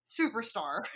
superstar